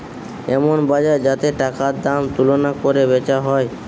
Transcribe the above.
এমন বাজার যাতে টাকার দাম তুলনা কোরে বেচা হয়